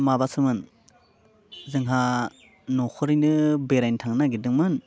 माबासोमोन जोंहा न'खरैनो बेरायनो थांनो नागिरदोंमोन